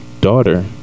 daughter